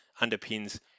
underpins